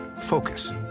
focus